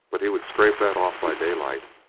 but he would scrape that off by daylight,